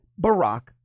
Barack